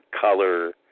color